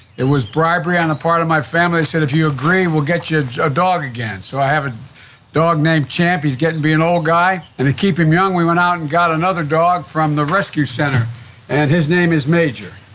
it was bribery on the part of my family, they said if you agree, we'll get you a dog again. so i have a dog named champ, he's getting to be an old guy. and to keep him young, we went out and got another dog from the rescue center and his name is major.